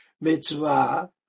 Mitzvah